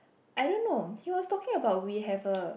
I don't know he was talking about we have a